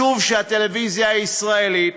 חשוב שהטלוויזיה הישראלית